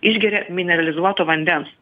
išgeria mineralizuoto vandens